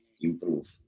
improve